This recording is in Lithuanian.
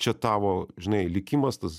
čia tavo žinai likimas tas